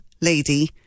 lady